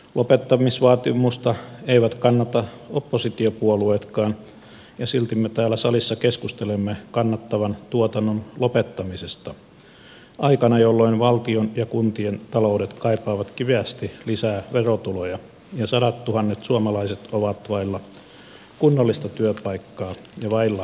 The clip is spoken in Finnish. lopettamisvaatimusta eivät kannata oppositiopuolueetkaan ja silti me täällä salissa keskustelemme kannattavan tuotannon lopettamisesta aikana jolloin valtion ja kuntien taloudet kaipaavat kipeästi lisää verotuloja ja sadattuhannet suomalaiset ovat vailla kunnollista työpaikkaa ja vailla tulevaisuudenuskoa